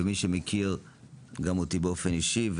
ומי שמכיר גם אותי באופן אישי,